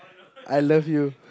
I love you